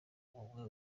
ubumwe